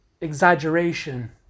exaggeration